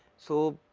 so,